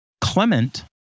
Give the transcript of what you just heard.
Clement